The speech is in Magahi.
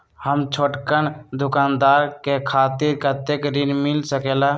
हम छोटकन दुकानदार के खातीर कतेक ऋण मिल सकेला?